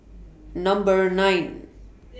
Number nine